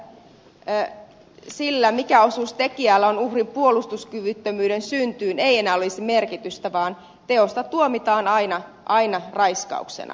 jatkossa siis sillä mikä osuus tekijällä on uhrin puolustuskyvyttömyyden syntyyn ei enää olisi merkitystä vaan teosta tuomitaan aina raiskauksena